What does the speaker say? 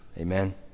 Amen